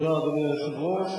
אדוני היושב-ראש,